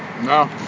No